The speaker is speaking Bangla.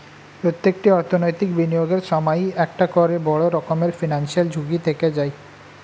প্রত্যেকটি অর্থনৈতিক বিনিয়োগের সময়ই একটা করে বড় রকমের ফিনান্সিয়াল ঝুঁকি থেকে যায়